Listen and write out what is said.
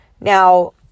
Now